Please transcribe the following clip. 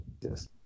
Yes